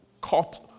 caught